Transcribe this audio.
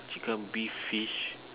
chicken beef fish